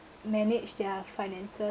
manage their finances